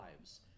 lives